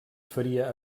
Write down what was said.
faria